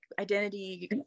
identity